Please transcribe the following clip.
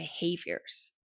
behaviors